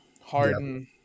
Harden